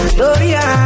Gloria